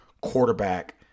quarterback